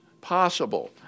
possible